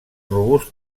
robust